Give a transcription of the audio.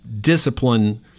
Discipline